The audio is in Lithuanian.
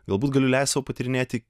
galbūt galiu leist sau patyrinėti